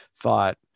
thought